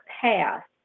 past